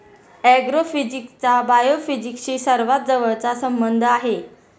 ऍग्रोफिजिक्सचा बायोफिजिक्सशी सर्वात जवळचा संबंध आहे